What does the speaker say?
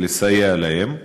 לסייע להם.